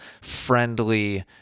friendly